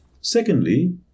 Secondly